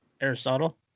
Aristotle